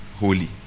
holy